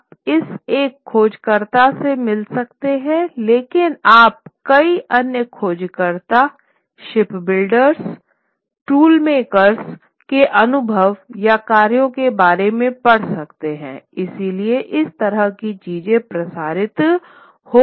आप इस एक खोजकर्ता से मिल सकते हैं लेकिन आप कई अन्य खोजकर्ता शिपबिल्डर्स टूलमेकर्स के अनुभव या कार्यों के बारे में पढ़ सकते हैं इसलिए इस तरह की चीजें प्रसारित हो रही थी